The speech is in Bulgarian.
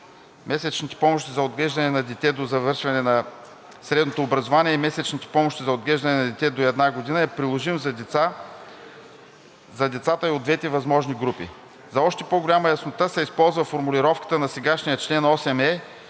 семейните помощи за отглеждане на дете до завършване на средно образование и месечни помощи за отглеждане на дете до една година е приложим за децата и от двете възможни групи. За още по-голяма яснота се използва формулировката на сегашния чл. 8е